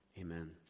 Amen